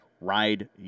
ride